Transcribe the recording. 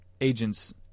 agent's